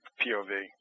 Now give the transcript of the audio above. POV